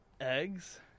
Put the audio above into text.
Eggs